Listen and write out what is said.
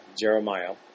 Jeremiah